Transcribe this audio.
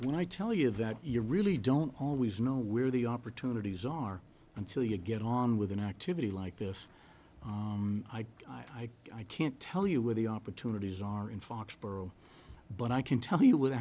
when i tell you that you really don't always know where the opportunities are until you get on with an activity like this guy i can't tell you where the opportunities are in foxborough but i can tell you w